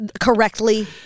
correctly